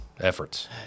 efforts